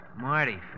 Marty